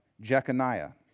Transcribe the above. Jeconiah